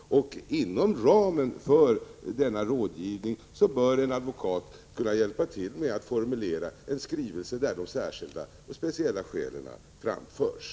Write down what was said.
Inom ramen för denna rådgivning bör en advokat kunna hjälpa till med att formulera en skrivelse där de speciella skälen framförs.